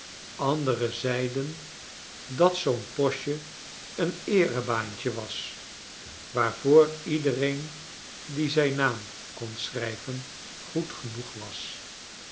anderen zeiden dat zoo'n postje een eerebaantje was waarvoor iedereen die zijn naam kon schrijven goed genoeg was